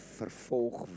vervolg